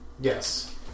Yes